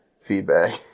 feedback